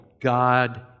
God